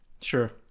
Sure